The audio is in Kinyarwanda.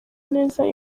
neza